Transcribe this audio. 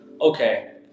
okay